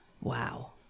wow